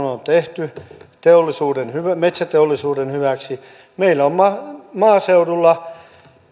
on tehty metsäteollisuuden hyväksi meillä maaseudulla